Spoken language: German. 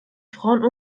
frauen